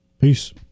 Peace